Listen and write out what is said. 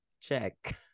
check